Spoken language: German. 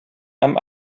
einem